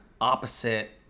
opposite